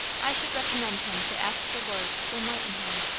i should recommend him to ask the lord to enlighten him.